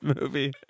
movie